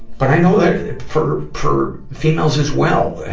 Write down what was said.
but i know that for, for females as well, ah,